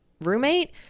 roommate